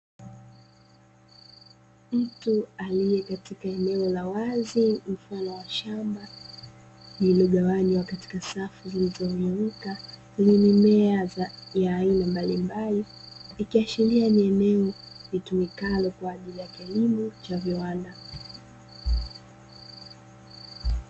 Mtu aliye katika eneo la wazi, mfano wa shamba lililogawanywa katika safu zilizomiminika, lenye mimea ya aina mbali mbalimbali, ikiashiria ni eneo litumikalo kwa ajili ya kilimo cha viwanda.